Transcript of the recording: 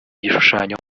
igishushanyo